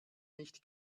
nicht